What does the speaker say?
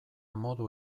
modu